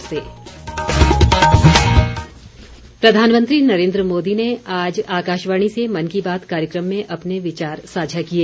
मन की बात प्रधानमंत्री नरेन्द्र मोदी ने आज आकाशवाणी से मन की बात कार्यक्रम में अपने विचार साझा किए